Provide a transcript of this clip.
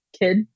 kid